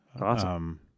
Awesome